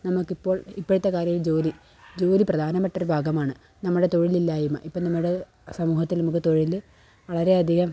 നമുക്കിപ്പോൾ ഇപ്പോഴത്തെ കാര്യം ജോലി ജോലി പ്രധാനപ്പെട്ടൊരു ഭാഗമാണ് നമ്മുടെ തൊഴിലില്ലായ്മ ഇപ്പം നമ്മുടെ സമൂഹത്തിൽ നമുക്കു തൊഴിൽ വളരെയധികം